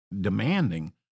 demanding